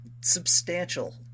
substantial